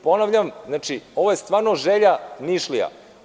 Ponavljam, ovo je stvarno želja Nišlija.